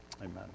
Amen